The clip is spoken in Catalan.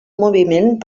moviment